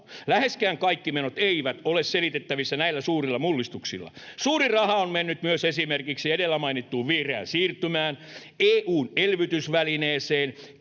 läheskään kaikki menot eivät ole selitettävissä näillä suurilla mullistuksilla. Suuri raha on mennyt myös esimerkiksi edellä mainittuun vihreään siirtymään, EU:n elvytysvälineeseen,